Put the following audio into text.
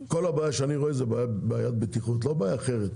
כל הבעיה שאני רואה היא בעיית בטיחות ולא בעיה אחרת.